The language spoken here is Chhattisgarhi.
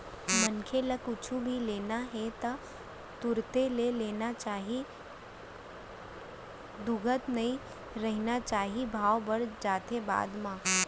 मनसे ल कुछु भी लेना हे ता तुरते ले लेना चाही तुगत नइ रहिना चाही भाव बड़ जाथे बाद म